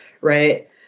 right